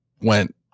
went